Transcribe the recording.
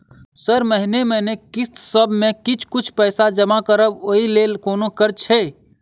Sir महीने महीने किस्तसभ मे किछ कुछ पैसा जमा करब ओई लेल कोनो कर्जा छैय?